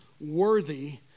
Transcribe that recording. worthy